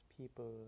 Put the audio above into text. people